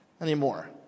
anymore